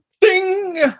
Ding